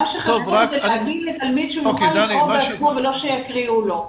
מה שחשוב זה להגיד לתלמיד שהוא יוכל לקרוא בעצמו ולא שיקריאו לו.